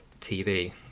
TV